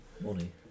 money